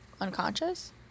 unconscious